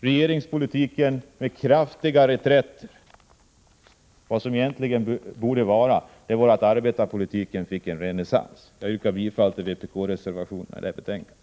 Regeringspolitiken gör kraftiga reträtter. Arbetarpolitiken borde få en renässans. Jag yrkar bifall till vpk-reservationerna i det här betänkandet.